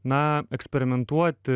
na eksperimentuoti